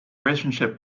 relationship